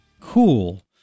Cool